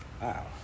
Wow